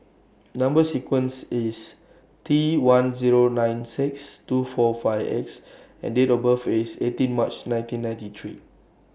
Number sequence IS T one Zero nine six two four five X and Date of birth IS eighteen March nineteen ninety three